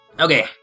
Okay